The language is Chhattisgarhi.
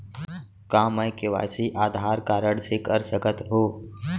का मैं के.वाई.सी आधार कारड से कर सकत हो?